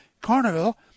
Carnival